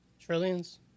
Trillions